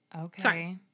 Okay